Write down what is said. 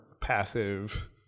passive